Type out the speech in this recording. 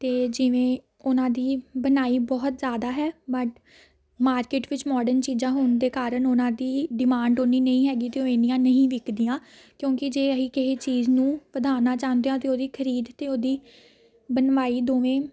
ਅਤੇ ਜਿਵੇਂ ਉਹਨਾਂ ਦੀ ਬਣਾਈ ਬਹੁਤ ਜ਼ਿਆਦਾ ਹੈ ਮਡ ਮਾਰਕੀਟ ਵਿੱਚ ਮੋਡਨ ਚੀਜ਼ਾਂ ਹੋਣ ਦੇ ਕਾਰਨ ਉਹਨਾਂ ਦੀ ਡਿਮਾਂਡ ਉੰਨੀ ਨਹੀਂ ਹੈਗੀ ਅਤੇ ਉਹ ਇੰਨੀਆਂ ਨਹੀਂ ਵਿਕਦੀਆਂ ਕਿਉਂਕਿ ਜੇ ਅਸੀਂ ਕਿਸੇ ਚੀਜ਼ ਨੂੰ ਵਧਾਉਣਾ ਚਾਹੁੰਦੇ ਹਾਂ ਤਾਂ ਉਹਦੀ ਖ਼ਰੀਦ ਅਤੇ ਉਹਦੀ ਬਣਵਾਈ ਦੋਵੇਂ